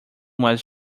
was